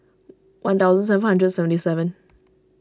one thousand seven hundred seventy seven